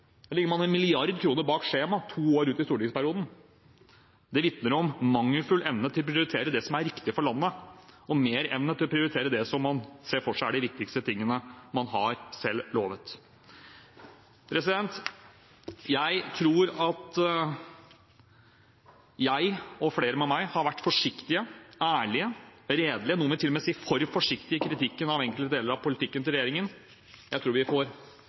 de lovet velgerne før valget i 2013 – to år ut i stortingsperioden. Men når det gjelder f.eks. sykehusene, som vi får svaret på hva skjer med på nytt på onsdag, når statsbudsjettet kommer, er man ikke i rute. Der ligger man 1 mrd. kr bak skjema to år ut i stortingsperioden. Det vitner om mangelfull evne til å prioritere det som er riktig for landet, og mer evne til å prioritere det som man ser for seg er de viktigste tingene man selv har lovet. Jeg tror at